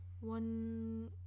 One